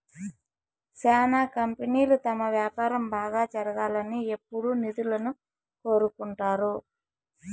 శ్యానా కంపెనీలు తమ వ్యాపారం బాగా జరగాలని ఎప్పుడూ నిధులను కోరుకుంటారు